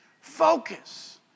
focus